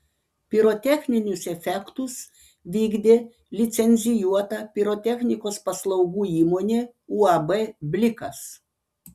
pirotechninius efektus vykdė licencijuota pirotechnikos paslaugų įmonė uab blikas